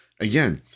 Again